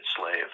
slave